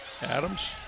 Adams